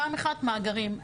פעם אחת, מאגרים.